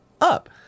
up